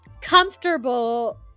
comfortable